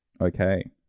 Okay